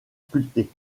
sculpté